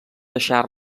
deixar